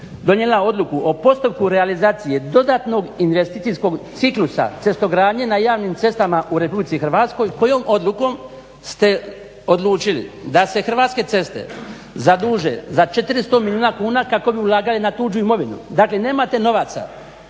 donijela odluku o postupku realizacije dodatnog investicijskog ciklusa cestogradnje na javnim cestama u Republici Hrvatskoj kojom odlukom ste odlučili da se Hrvatske ceste zaduže za 400 milijuna kuna kako bi ulagali na tuđu imovinu. Dakle nemate novaca